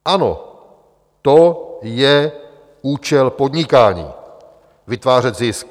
Ano, to je účel podnikání, vytvářet zisk.